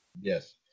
Yes